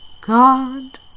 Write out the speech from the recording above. god